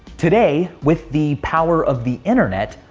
today, with the power of the internet,